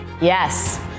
Yes